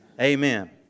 Amen